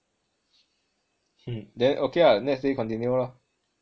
then okay lah next week continue lor